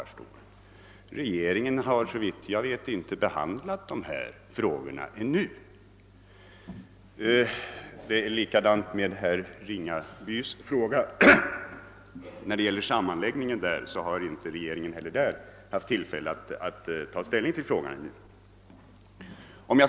Regeringen har ännu inte behandlat dessa förslag till kommunsammanläggningar. Detsamma gäller herr Ringabys fall. Regeringen har inte heller haft tillfälle att ta ställning till denna sammanläggning.